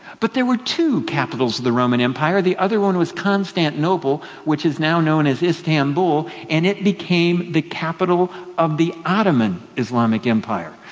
but there were two capitals to the roman empire. the other one was constantinople, which is now known as istanbul, and it became the capital of the ottoman islamic empire.